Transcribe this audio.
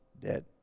dead